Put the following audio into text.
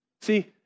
See